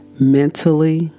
Mentally